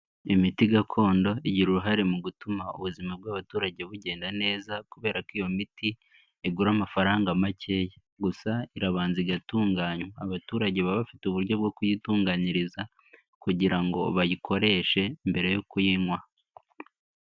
Imiti gakondo igira uruhare mu gutuma ubuzima bw'abaturage bugenda neza, kubera ko iyo miti igura amafaranga makeya, gusa irabanza igatunganywa, abaturage baba bafite uburyo bwo kuyitunganyiriza kugira ngo bayikoreshe mbere yo kuyinywa.